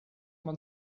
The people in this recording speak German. man